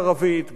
גם בעברית,